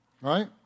Right